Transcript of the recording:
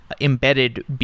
embedded